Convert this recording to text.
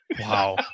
Wow